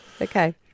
okay